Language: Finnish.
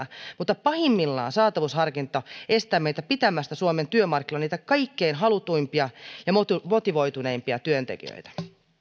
mutta pahimmillaan saatavuusharkinta estää meitä pitämästä suomen työmarkkinoilla niitä kaikkein halutuimpia ja motivoituneimpia työntekijöitä